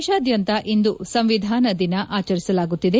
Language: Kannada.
ದೇಶಾದ್ಯಂತ ಇಂದು ಸಂವಿಧಾನ ದಿನ ಆಚರಿಸಲಾಗುತ್ತಿದೆ